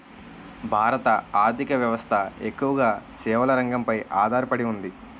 భారత ఆర్ధిక వ్యవస్థ ఎక్కువగా సేవల రంగంపై ఆధార పడి ఉంది